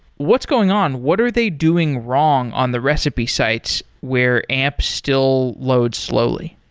what's going on? what are they doing wrong on the recipe sites where amp still loads slowly?